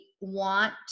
want